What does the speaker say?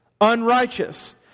unrighteous